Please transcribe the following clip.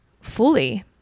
fully